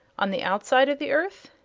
on the outside of the earth?